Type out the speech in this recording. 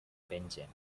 pengen